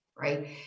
right